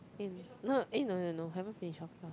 in no eh no no no haven't finish off yours